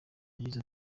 yagize